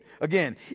again